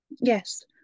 yes